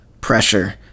pressure